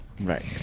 right